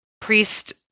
priest